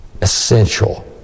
essential